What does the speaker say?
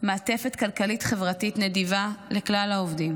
מעטפת כלכלית-חברתית נדיבה לכלל העובדים,